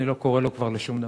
אני לא קורא לו כבר לשום דבר.